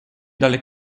dalle